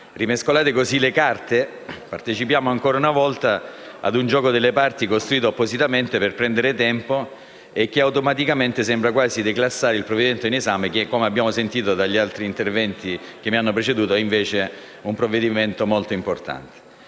Rimescolate così le carte, partecipiamo ancora una volta a un gioco delle parti costruito appositamente per prendere tempo e che automaticamente sembra quasi declassare il provvedimento in esame che - come abbiamo sentito nel corso degli altri interventi che mi hanno preceduto - è invece molto importante.